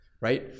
right